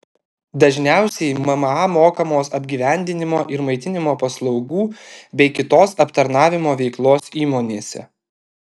dažniausiai mma mokamos apgyvendinimo ir maitinimo paslaugų bei kitos aptarnavimo veiklos įmonėse